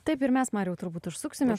taip ir mes mariau turbūt užsuksime